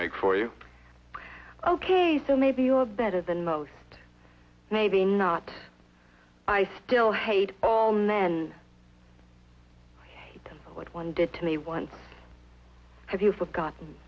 make for you ok so maybe you are better than most maybe not i still hate all men which one did to me once have you forgotten